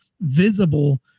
visible